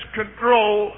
control